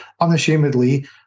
unashamedly